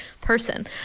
person